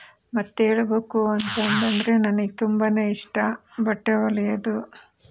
ಮತ್ತೆ ಹೇಳಬೇಕು ಅಂತ ಅಂದರೆ ನನಗೆ ತುಂಬಾನೆ ಇಷ್ಟ ಬಟ್ಟೆ ಹೊಲಿಯೋದು